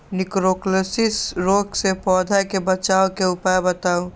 निककरोलीसिस रोग से पौधा के बचाव के उपाय बताऊ?